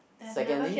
secondly